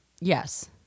Yes